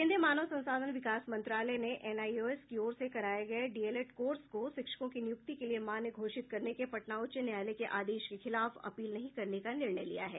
केन्द्रीय मानव संसाधन विकास मंत्रालय ने एनआईओएस की ओर से कराये गये डीएलएड कोर्स को शिक्षकों की नियुक्ति के लिए मान्य घोषित करने के पटना उच्च न्यायालय के आदेश के खिलाफ अपील नहीं करने का निर्णय लिया है